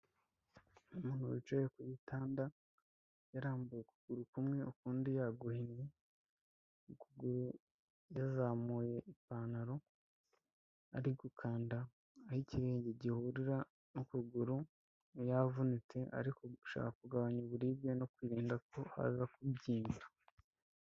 Umuntu wicaye ku gitanda yarambuye ukuguru kumwe ukundi yaguhinnye, ukuguru yazamuye ipantaro ari gukanda aho ikirenge gihurira n'ukuguru, yavunitse ariko gushaka kugabanya uburibwe no kwirinda ko haza kubyimba.